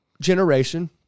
generation